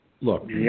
Look